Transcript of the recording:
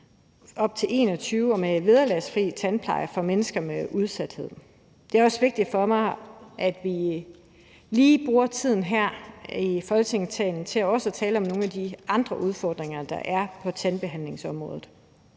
op til 21 år og med vederlagsfri tandpleje for mennesker med udsathed. Det er også vigtigt for mig, at vi lige bruger tiden her i Folketingssalen til også at tale om nogle af de andre udfordringer, der er på tandbehandlingsområdet.